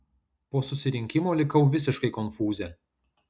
po susirinkimo likau visiškai konfūze